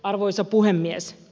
arvoisa puhemies